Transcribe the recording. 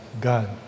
God